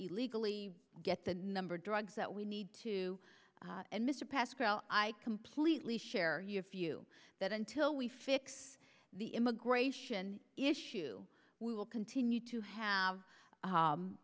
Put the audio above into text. illegally get the number of drugs that we need to and mr pascoe i completely share your view that until we fix the immigration issue we will continue to have